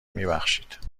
میبخشید